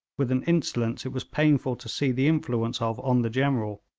with an insolence it was painful to see the influence of on the general.